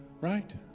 right